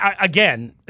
Again